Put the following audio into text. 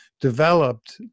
developed